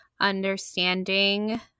understanding